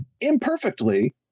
imperfectly